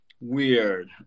weird